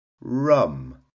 rum